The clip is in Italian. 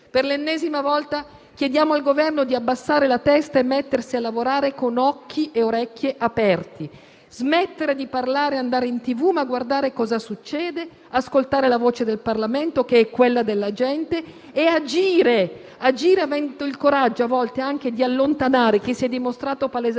per l'ennesima volta chiediamo al Governo di abbassare la testa e di mettersi a lavorare con occhi e orecchie aperti, di smettere di parlare e andare in televisione, ma di guardare cosa succede, ascoltare la voce del Parlamento, che è quella della gente, e agire, avendo il coraggio a volte anche di allontanare chi si è dimostrato palesemente